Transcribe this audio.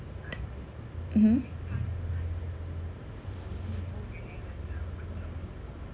mmhmm